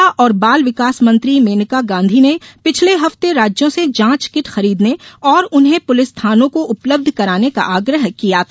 महिला और बाल विकास मंत्री मेनका गांधी ने पिछले हफ्ते राज्यों से जांच किट खरीदने और उन्हें प्रलिस थानों को उपलब्ध कराने का आग्रह किया था